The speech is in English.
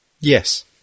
Yes